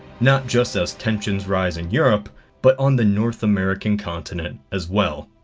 not just as tensions rise in europe but on the north american continent, as well.